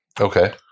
Okay